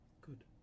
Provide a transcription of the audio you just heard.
Good